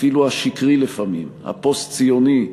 אפילו השקרי לפעמים, הפוסט-ציוני,